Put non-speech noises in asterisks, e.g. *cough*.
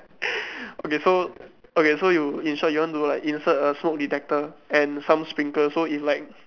*breath* okay so okay so you in short you want to like insert a smoke detector and some sprinkler so if like